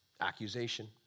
accusation